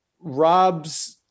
Rob's